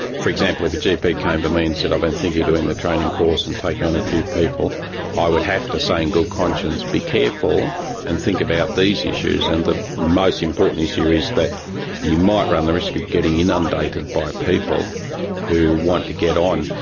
for example, if a gp came to me and said, i've been thinking of doing the training course and taking on a few people i would have to say in good conscience, be careful and think about these issues. and the most important issue is that you might run the risk of getting inundated by people who want to get on.